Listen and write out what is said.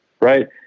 Right